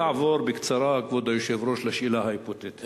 אני אעבור בקצרה לשאלה ההיפותטית.